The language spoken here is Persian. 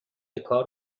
کار